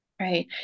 right